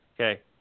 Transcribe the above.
Okay